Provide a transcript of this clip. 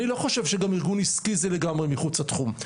אני לא חושב שגם ארגון עסקי זה לגמרי מחוץ לתחום.